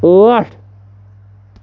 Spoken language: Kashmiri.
ٲٹھ